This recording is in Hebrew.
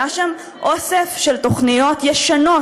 היה שם אוסף של תוכניות ישנות,